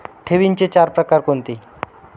ठेवींचे चार प्रकार कोणते?